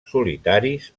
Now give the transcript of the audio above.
solitaris